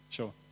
Sure